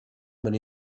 man